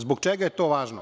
Zbog čega je to važno?